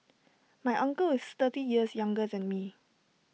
my uncle is thirty years younger than me